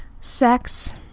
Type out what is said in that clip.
sex